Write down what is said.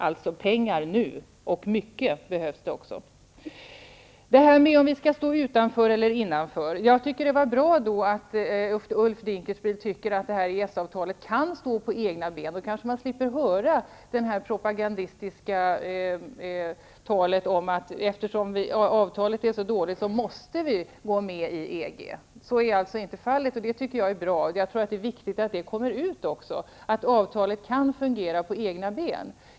Alltså: det behövs mycket pengar nu. Så har vi frågan om vi skall stå utanför eller innanför. Jag tycker att det är bra att Ulf Dinkelspiel anser att EES-avtalet kan stå på egna ben. Då kanske man kan slippa höra det propagandistiska talet om att eftersom avtalet är så dåligt, måste Sverige gå med i EG. Så är alltså inte fallet, och det är bra. Jag tror att det är viktigt att det kommer fram att avtalet kan fungera på egna ben.